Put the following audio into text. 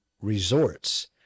resorts